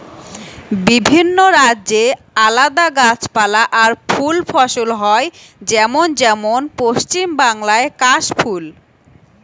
বিভিন্ন রাজ্যে আলদা গাছপালা আর ফুল ফসল হয় যেমন যেমন পশ্চিম বাংলায় কাশ ফুল